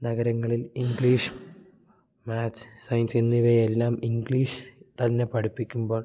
നഗരങ്ങളിൽ English maths science എന്നിവ എല്ലാം ഇംഗ്ലീഷ് തന്നെ പഠിപ്പിക്കുമ്പോൾ